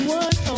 one